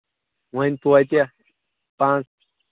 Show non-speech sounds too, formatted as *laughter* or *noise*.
وۄںۍ تویتہِ *unintelligible*